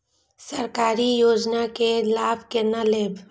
सरकारी योजना के लाभ केना लेब?